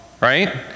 Right